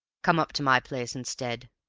come up to my place instead,